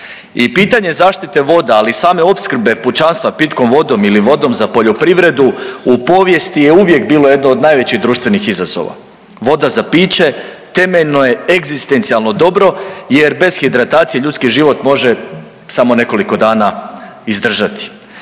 I pitanje zaštite voda, ali i same opskrbe pučanstva pitkom vodom ili vodom za poljoprivredu u povijesti je uvijek bilo jedno od najvećih društvenih izazova. Voda za piće temeljno je egzistencijalno dobro jer bez hidratacije ljudski život može samo nekoliko dana izdržati.